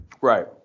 Right